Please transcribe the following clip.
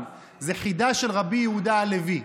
זו חידה של רבי יהודה הלוי.